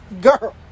girl